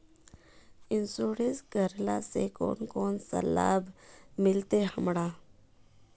Insurance करेला से कोन कोन सा लाभ मिलते हमरा?